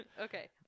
Okay